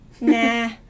nah